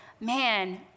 man